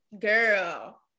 Girl